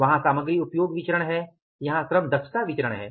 वहां सामग्री उपयोग विचरण है यहाँ श्रम दक्षता विचरण है